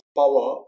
power